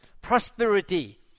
prosperity